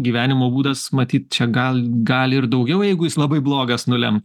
gyvenimo būdas matyt čia gal gali ir daugiau jeigu jis labai blogas nulemt